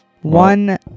One